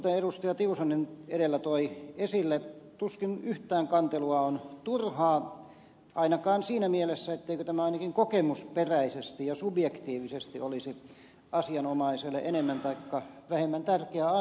tiusanen edellä toi esille että tuskin yhtään kantelua on turhaa ainakaan siinä mielessä ettei tämä ainakin kokemusperäisesti ja subjektiivisesti olisi asianomaiselle enemmän taikka vähemmän tärkeä asia